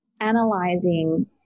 analyzing